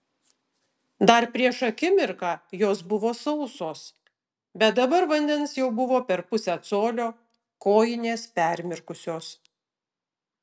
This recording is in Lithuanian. dar prieš akimirką jos buvo sausos bet dabar vandens jau per pusę colio kojinės permirkusios